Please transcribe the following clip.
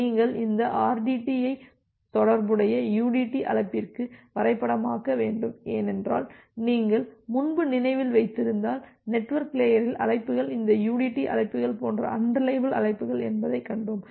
நீங்கள் இந்த rdt ஐ தொடர்புடைய udt அழைப்பிற்கு வரைபடமாக்க வேண்டும் ஏனென்றால் நீங்கள் முன்பு நினைவில் வைத்திருந்தால் நெட்வொர்க் லேயரில் அழைப்புகள் இந்த udt அழைப்புகள் போன்ற அன்ரிலையபில் அழைப்புகள் என்பதை கண்டோம்